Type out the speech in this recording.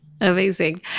Amazing